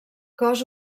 cos